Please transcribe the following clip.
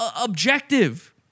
objective